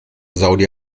saudi